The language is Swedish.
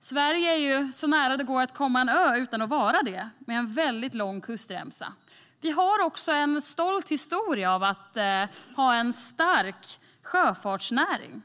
Sverige är så nära det går att komma en ö utan att vara det med en mycket lång kustremsa. Sverige har också en stolt historia av att ha en stark sjöfartsnäring.